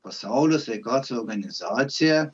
pasaulio sveikatos organizacija